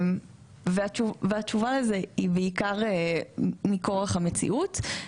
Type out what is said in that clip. והתשובה לזה היא בעיקר מכורח המציאות,